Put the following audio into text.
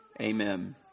Amen